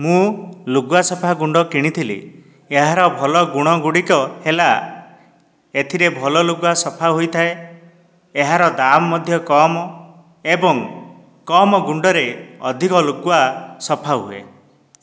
ମୁଁ ଲୁଗାସଫା ଗୁଣ୍ଡ କିଣିଥିଲି ଏହାର ଭଲ ଗୁଣ ଗୁଡ଼ିକ ହେଲା ଏଥିରେ ଭଲ ଲୁଗା ସଫା ହୋଇଥାଏ ଏହାର ଦାମ ମଧ୍ୟ କମ ଏବଂ କମ ଗୁଣ୍ଡରେ ଅଧିକ ଲୁଗା ସଫା ହୁଏ